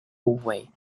way